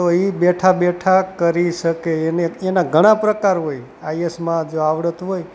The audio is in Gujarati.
તો એ બેઠાં બેઠાં કરી શકે એને એના ઘણાં પ્રકાર હોય આઈએસમાં જો આવડત હોય